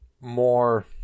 more